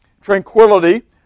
tranquility